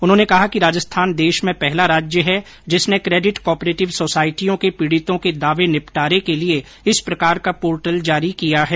उन्होंने कहा कि राजस्थान देश में पहला राज्य है जिसने क्रेडिट कोऑपरेटिव सोसायटियों के पीड़ितों के दावे निपटारे के लिये इस प्रकार का पोर्टल जारी किया है